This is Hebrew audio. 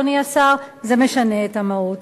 אדוני השר: זה משנה את המהות,